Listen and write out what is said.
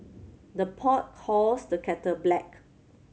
the pot calls the kettle black